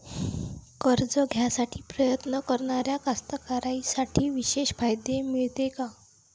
कर्ज घ्यासाठी प्रयत्न करणाऱ्या कास्तकाराइसाठी विशेष फायदे मिळते का?